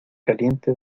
caliente